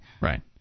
Right